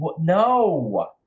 no